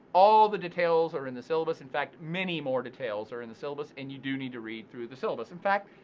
all the details are in the syllabus, in fact many more details are in the syllabus and you do need to read through the syllabus. in fact,